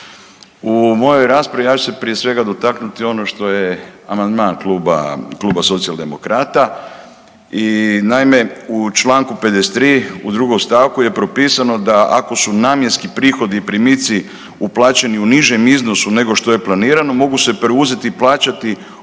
U mojoj raspravi ja ću se prije svega dotaknuti ono što je amandman Kluba Socijaldemokrata i naime, u Članku 53. u drugom stavku je propisano da ako su namjenski prihodi i primici uplaćeni u nižim iznosu nego što je planirano mogu se preuzeti i plaćati obveze